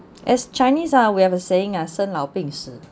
as chinese ah we have a saying ah 生老病死